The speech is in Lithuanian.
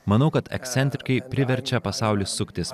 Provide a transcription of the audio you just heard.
manau kad ekscentrikai priverčia pasaulį suktis